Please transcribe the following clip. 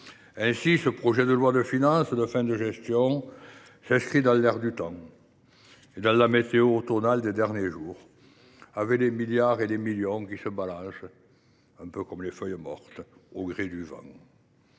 Ainsi, ce projet de loi de finances de fin de gestion s’inscrit dans l’air du temps, dans la météo automnale des derniers jours, avec des millions et des milliards d’euros qui se balancent, un peu comme les feuilles mortes, au gré du vent.